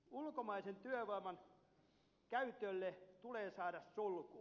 ulkomaisen työvoiman käytölle tulee saada sulku